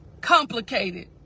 complicated